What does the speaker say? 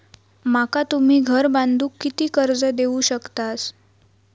माका तुम्ही घर बांधूक किती कर्ज देवू शकतास?